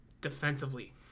defensively